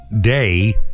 day